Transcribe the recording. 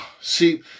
see